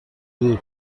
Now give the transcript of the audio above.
دور